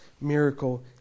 miracle